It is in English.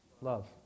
Love